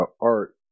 art